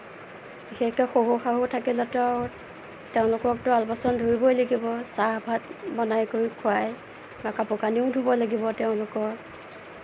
বিশেষকৈ শহুৰ শাহু থাকিলেটো আৰু তেওঁলোককতো আলপৈচান ধৰিবই লাগিব চাহ ভাত বনাই কৰি খুৱাই কাপোৰ কানিও ধুব লাগিব তেওঁলোকৰ